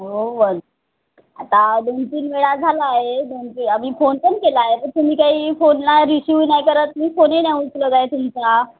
हो ब आता दोन तीन वेळा झालं आहे दोन तीन आम्ही फोन पण केलं आहे तर तुम्ही काही फोनला रिसिव नाही करत मी फोनही नाही उचलत आहे तुमचा